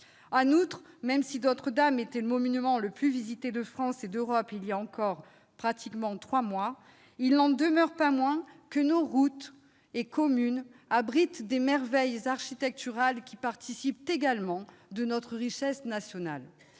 ! En outre, même si Notre-Dame était le monument le plus visité de France et d'Europe il y a encore trois mois, il n'en demeure pas moins que nos routes et nos communes abritent des merveilles architecturales qui participent également de notre richesse nationale.